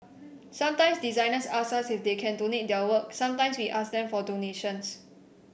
sometimes designers ask us if they can donate their work sometimes we ask them for donations